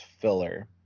filler